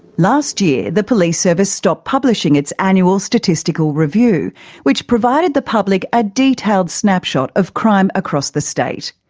last year the police service stopped publishing its annual statistical review which provided the public a detailed snapshot of crime across the state.